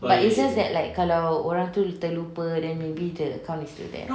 but it's just that like kalau orang tu terlupa then maybe the account is still there